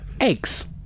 eggs